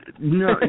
No